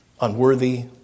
Unworthy